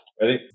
Ready